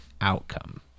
outcome